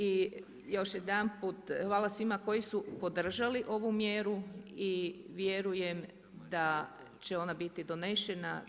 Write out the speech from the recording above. I još jedanput, hvala svima koji su podržali ovu mjeru i vjerujem da će ona biti donešena.